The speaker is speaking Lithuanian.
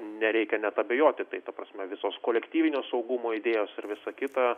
nereikia net abejoti tai ta prasme visos kolektyvinio saugumo idėjos ir visa kita